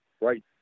right